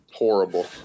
Horrible